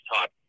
talk